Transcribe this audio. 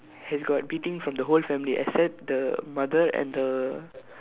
he's got beating from the whole family except the mother and the